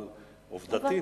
אבל עובדתית,